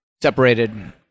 separated